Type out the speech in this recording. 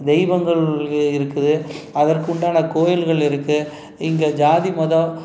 தெய்வங்கள் இருக்குது அதற்கு உண்டான கோயில்கள் இருக்குது இங்கே ஜாதி மதம்